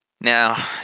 now